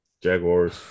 Jaguars